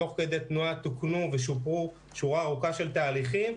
תוך כדי תנועה תוקנו ושופרו שורה ארוכה של תהליכים,